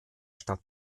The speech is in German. stadt